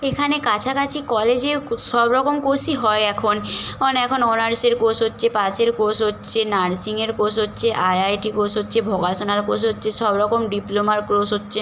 এখানে কাছাকাছি কলেজে সব রকম কোর্সই হয় এখন অন এখন অনার্সের কোর্স হচ্ছে পাসের কোর্স হচ্ছে নার্সিংয়ের কোর্স হচ্ছে আইআইটি কোর্স হচ্ছে ভোকেশনাল কোর্স হচ্ছে সব রকম ডিপ্লোমার কোর্স হচ্ছে